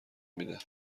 میده